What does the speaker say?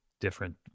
different